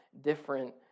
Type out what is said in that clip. different